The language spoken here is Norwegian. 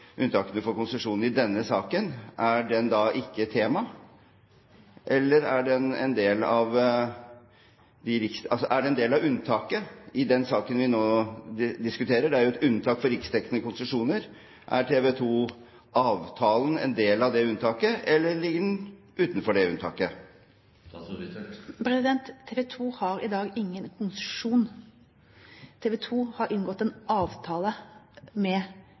unntakene for konsesjon i denne saken: Er den da ikke tema, eller er den en del av unntaket i den saken vi nå diskuterer? Det er jo et unntak for riksdekkende konsesjoner. Er TV 2-avtalen en del av det unntaket, eller ligger den utenfor unntaket? TV 2 har i dag ingen konsesjon. TV 2 har inngått en avtale med